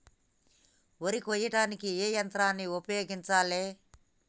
వరి కొయ్యడానికి ఏ యంత్రాన్ని ఉపయోగించాలే?